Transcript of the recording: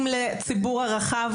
לציבור הרחב